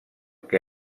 que